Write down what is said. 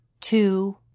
two